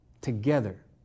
together